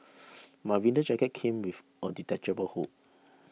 my winter jacket came a detachable hood